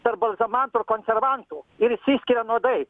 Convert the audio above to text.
per balzamantų ir konservantų ir išsiskiria nuodai